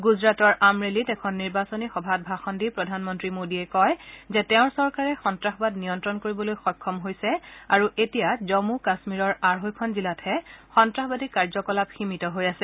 গুজৰাটৰ আমৰেলীত এখন নিৰ্বাচনী সভাত ভাষণ দি প্ৰধানমন্ত্ৰী মোদীয়ে কয় যে তেওঁৰ চৰকাৰে সন্তাসবাদ নিয়ন্ত্ৰণ কৰিবলৈ সক্ষম হৈছে আৰু এতিয়া জম্মু কাম্মীৰৰ আঢ়েখন জিলাতহে সন্ত্ৰাসবাদী কাৰ্যকলাপ সীমিত হৈ আছে